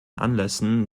anlässen